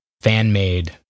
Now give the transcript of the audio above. fan-made